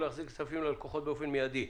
ולהחזיר כספים ללקוחות באופן מיידי.